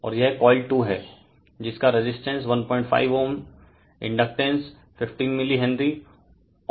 और यह coil 2 है जिसका रेजिस्टेंस 15Ω इंडक्टैंस 15 मिली हेनरी है